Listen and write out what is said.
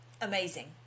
amazing